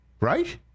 Right